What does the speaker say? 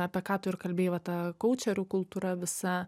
apie ką tu ir kalbėjai va ta koučerių kultūra visa